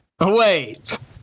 Wait